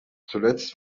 zuletzt